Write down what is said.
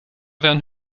werden